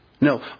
No